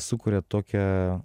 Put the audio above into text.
sukuria tokią